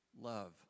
love